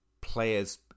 players